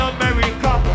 America